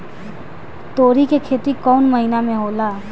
तोड़ी के खेती कउन महीना में होला?